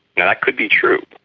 that could be true,